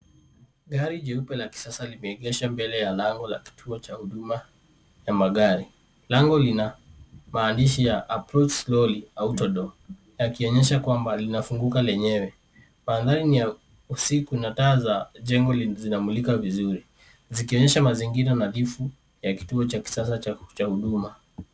Gari jeupe la kisasa limeengeshwa mbele ya lango la kituo cha huduma ya magari. Lango lina maandishi ya approach slowly auto-door , yakionyesha kwamba linafunguka lenyewe. Mandhari ni ya usiku na taa za jengo zinamulika vizuri. Zikionyesha mazingira nadhifu ya kituo cha kisasa cha huduma.